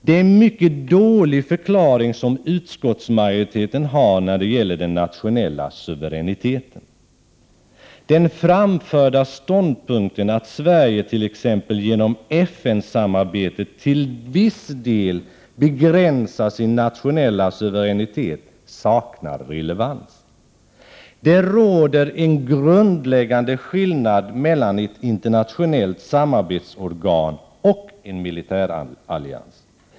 Det är en mycket dålig förklaring som utskottsmajoriteten har när det gäller den nationella suveräniteten. Den framförda ståndpunkten, att Sverige t.ex. genom FN-samarbetet till viss del begränsar sin nationella suveränitet, saknar relevans. Det råder en grundläggande skillnad mellan ett internationellt samarbetsorgan och en militärallians.